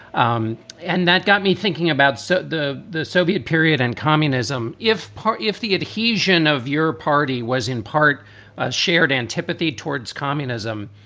um and that got me thinking about so the the soviet period and communism. if if the adhesion of your party was in part a shared antipathy towards communism,